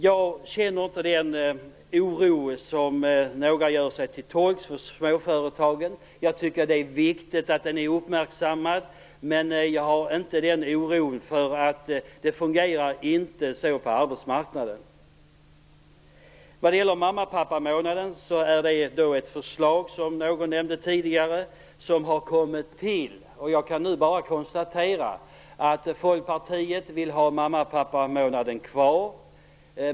Jag känner inte den oro för småföretagen som några här gör sig till tolk för. Jag tycker att det är viktigt att den är uppmärksammad, men jag känner inte någon sådan oro - det fungerar inte så på arbetsmarknaden. Sedan till mamma och pappamånaderna. Jag kan nu bara konstatera att Folkpartiet vill ha mamma och pappamånaderna kvar.